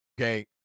Okay